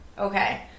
Okay